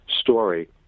story